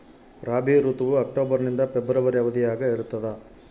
ರಾಬಿ ಋತುವು ಅಕ್ಟೋಬರ್ ನಿಂದ ಫೆಬ್ರವರಿ ಅವಧಿಯಾಗ ಇರ್ತದ